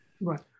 Right